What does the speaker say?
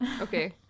Okay